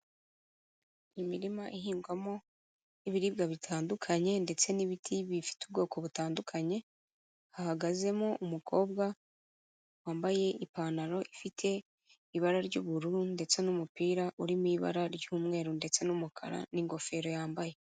Imirima ihingwamo ibiribwa bitandukanye ndetse n'ibiti bifite ubwoko butandukanye, hahagazemo umukobwa wambaye ipantaro ifite ibara ry'ubururu ndetse n'umupira urimo ibara ry'umweru ndetse n'umukara n'ingofero yambaye.